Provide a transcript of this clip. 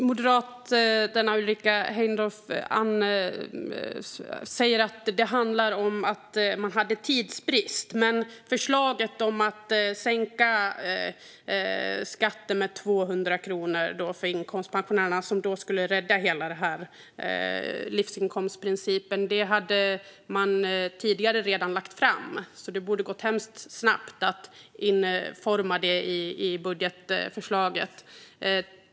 Fru talman! Ulrika Heindorff säger att regeringen hade tidsbrist. Men förslaget att sänka skatten med 200 kronor för inkomstpensionärerna, vilket skulle rädda livsinkomstprincipen, hade man redan lagt fram, så det borde ha gått snabbt att inkludera det i budgetförslaget.